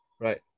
right